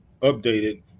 updated